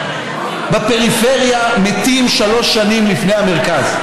בפריפריה מתים שלוש שנים לפני המרכז.